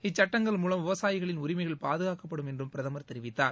இச்சட்டங்கள் மூலம் விவசாயிகளின் உரிமைகள் பாதுகாக்கப்படும் என்றும் பிரதமர் தெரிவித்தார்